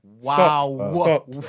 Wow